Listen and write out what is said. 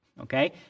Okay